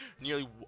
nearly